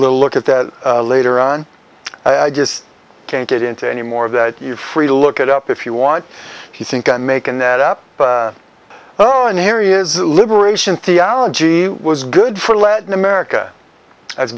look at that later on i just can't get into any more of that you're free to look it up if you want he think i'm making that up oh and here is liberation theology was good for latin america